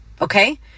Okay